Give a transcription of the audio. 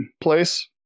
place